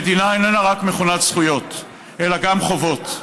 המדינה אינה רק מכונת זכויות אלא גם חובות,